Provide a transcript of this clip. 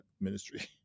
ministry